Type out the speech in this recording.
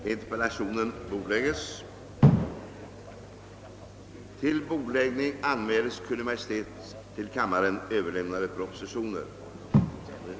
Herr talman! Rennäringen i Lappland har under innevarande vinter drabbats hårt av ogynnsamma väderleksförhållanden.